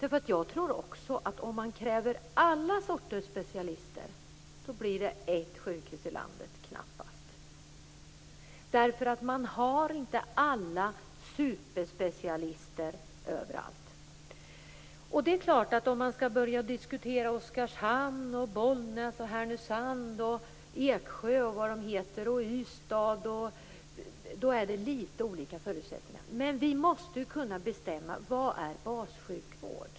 Skall där finnas alla sorters specialister, blir det knappast fråga om ett sjukhus i landet. Alla superspecialister finns inte överallt. Vi kan naturligtvis börja diskutera sjukhusen i Oskarshamn, Bollnäs, Härnösand, Eksjö och Ystad. Där är litet olika förutsättningar. Vi måste kunna bestämma vad som är bassjukvård.